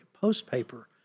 post-paper